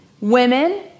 Women